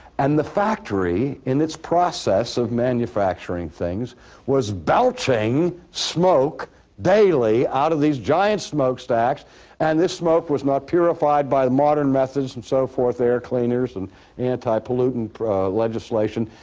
and the factory in its process of manufacturing things was belching smoke daily out of these giant smoke stacks and this smoke was not purified by the modern methods and so forth, air cleaners and anti-pollutant legislation.